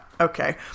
Okay